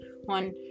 one